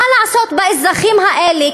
מה לעשות באזרחים האלה?